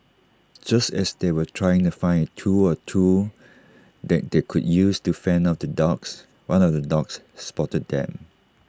just as they were trying to find A tool or two that they could use to fend off the dogs one of the dogs spotted them